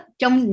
trong